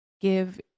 give